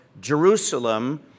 Jerusalem